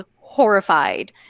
horrified